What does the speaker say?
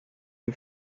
you